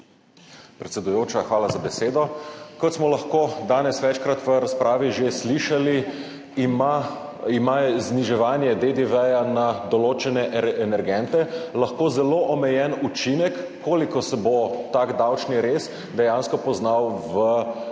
Predsedujoča, hvala za besedo. Kot smo lahko danes v razpravi že večkrat slišali, ima lahko zniževanje DDV na določene energente zelo omejen učinek, koliko se bo tak davčni rez dejansko poznal v